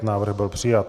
Návrh byl přijat.